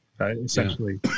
Essentially